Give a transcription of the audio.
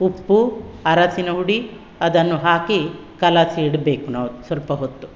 ಉಪ್ಪು ಅರಸಿನ ಹುಡಿ ಅದನ್ನು ಹಾಕಿ ಕಲಸಿ ಇಡಬೇಕು ನಾವು ಸ್ವಲ್ಪ ಹೊತ್ತು